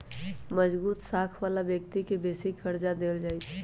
मजगुत साख बला व्यक्ति के बेशी कर्जा देल जाइ छइ